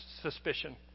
suspicion